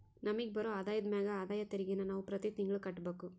ನಮಿಗ್ ಬರೋ ಆದಾಯದ ಮ್ಯಾಗ ಆದಾಯ ತೆರಿಗೆನ ನಾವು ಪ್ರತಿ ತಿಂಗ್ಳು ಕಟ್ಬಕು